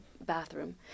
bathroom